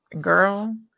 girl